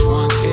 one